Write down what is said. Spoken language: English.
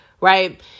right